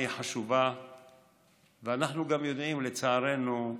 ואנחנו גם יודעים, לצערנו,